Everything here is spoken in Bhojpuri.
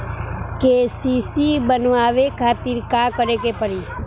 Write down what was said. के.सी.सी बनवावे खातिर का करे के पड़ी?